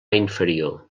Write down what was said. inferior